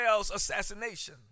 assassination